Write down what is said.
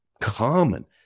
common